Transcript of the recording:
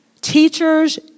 teachers